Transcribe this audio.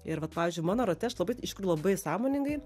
ir vat pavyzdžiui mano rate aš labai labai sąmoningai